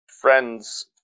friends